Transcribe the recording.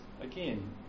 again